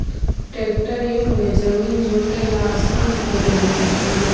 tractor युग में जमीन जोतेला आसान हो गेले हइ